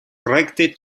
rekte